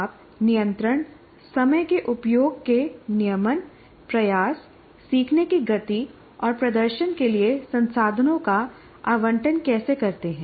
आप नियंत्रण समय के उपयोग के नियमन प्रयास सीखने की गति और प्रदर्शन के लिए संसाधनों का आवंटन कैसे करते हैं